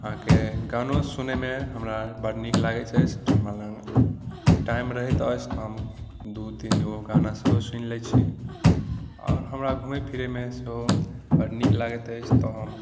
अहाँकेँ गानो सुनैमे हमरा बड़ नीक लागैत अछि हमरा लग टाइम रहति अछि तऽ हम दू तीनगो गाना सेहो सुनि लय छी आओर हमरा घुमै फिरैमे सेहो बड़ नीक लागैत अछि तऽ हम